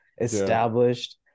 established